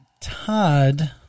Todd